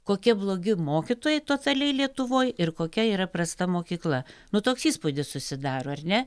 kokie blogi mokytojai totaliai lietuvoj ir kokia yra prasta mokykla nu toks įspūdis susidaro ar ne